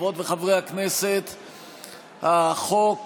חברות וחברי הכנסת, החוק